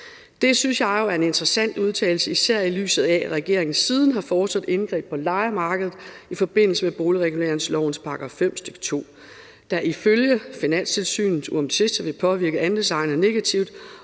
Det synes jeg jo er en interessant udtalelse, især i lyset af at regeringen siden har foretaget indgreb på lejemarkedet i forbindelse med boligreguleringslovens § 5, stk. 2, som ifølge Finanstilsynet uomtvisteligt vil påvirke andelsboligejere negativt,